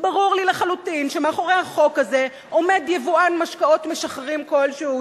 ברור לי לחלוטין שמאחורי החוק הזה עומד יבואן משקאות משכרים כלשהו,